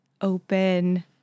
open